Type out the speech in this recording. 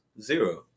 zero